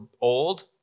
old